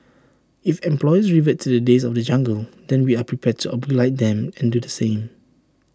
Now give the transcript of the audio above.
if employers revert to the days of the jungle then we are prepared to oblige them and do the same